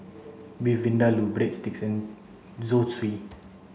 Beef Vindaloo Breadsticks and Zosui